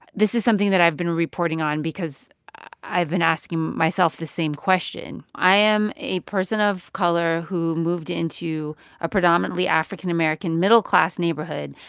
this is something that i've been reporting on because i've been asking myself this same question. i am a person of color who moved into a predominantly african-american, middle-class neighborhood.